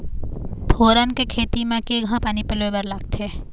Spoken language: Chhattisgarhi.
फोरन के खेती म केघा पानी पलोए बर लागथे?